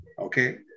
okay